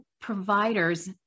providers